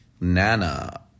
Nana